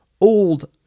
old